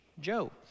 Joe